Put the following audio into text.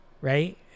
right